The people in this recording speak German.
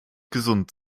gesund